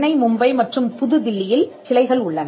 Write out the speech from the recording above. சென்னை மும்பை மற்றும் புதுதில்லியில் கிளைகள் உள்ளன